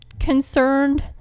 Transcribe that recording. concerned